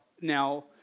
now